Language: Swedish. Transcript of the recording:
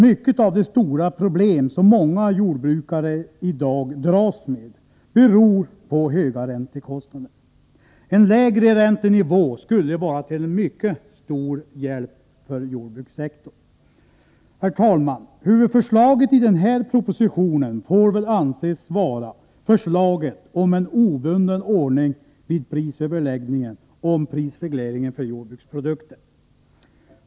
Mycket av de stora problem som många jordbrukare i dag dras med beror på höga räntekostnader. En lägre räntenivå skulle vara till en mycket stor hjälp för jordbrukssektorn. Herr talman! Huvudförslaget i den här propositionen får väl anses vara förslaget om en obunden ordning vid prisöverläggningen om prisregleringen för jordbruksprodukter.